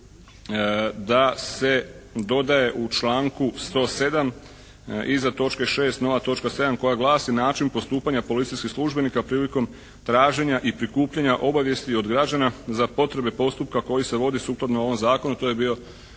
da se dodaje u članku 107. iza točke 6. nova točka 7. koja glasi: "Način postupanja policijskih službenika prilikom traženja i prikupljanja obavijesti od građana za potrebe postupka koji se vodi sukladno ovom Zakonu.",